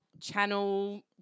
channel